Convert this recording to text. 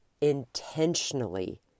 intentionally